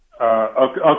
Okay